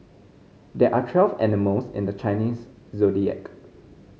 there are twelve animals in the Chinese Zodiac